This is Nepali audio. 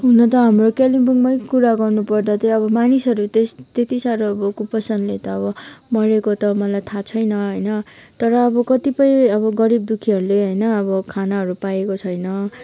हुन त हाम्रो कालिम्पोङमा कुरा गर्नु पर्दा चाहिँ अब मानिसहरू चाहिँ त्यति साह्रो त अब कुपोषणले त मरेको त मलाई थाहा छैन होइन तर अब कतिपय अब गरीब दुखीहरूले होइन अब खानाहरू पाएको छैन